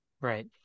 right